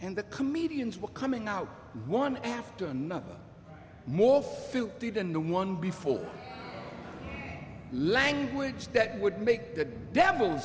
and the comedians were coming out one after another more food than the one before language that would make the devil